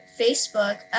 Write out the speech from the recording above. Facebook